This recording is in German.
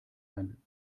ein